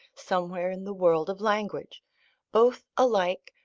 somewhere in the world of language both alike,